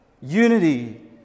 Unity